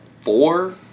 four